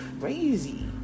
crazy